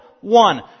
one